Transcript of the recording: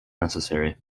necessary